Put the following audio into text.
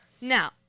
Now